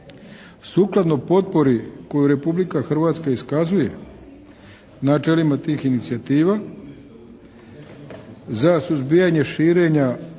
Sukladno potpori koju Republika Hrvatska iskazuje načelima tih inicijativa za suzbijanje širenja